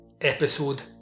episode